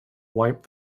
wipe